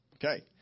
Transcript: Okay